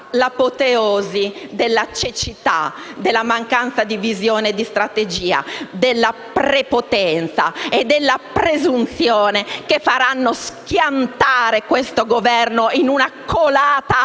l'apoteosi della cecità, della mancanza di visione e di strategia, della prepotenza e della presunzione, che faranno schiantare questo Governo, che colerà